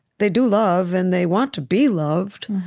they do love, and they want to be loved